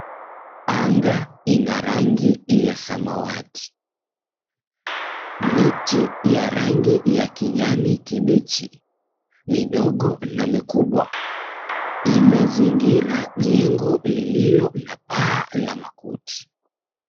Anga ina rangi ya samawati. Miti ya rangi ya kijani kibichi midogo na mikubwa imezingira jengo lililo na paa la makuti.